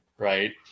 Right